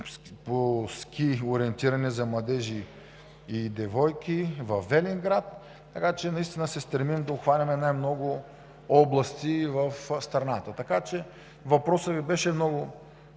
по ски ориентиране за младежи и девойки във Велинград. Наистина се стремим да обхванем най-много области в страната, така че въпросът Ви беше много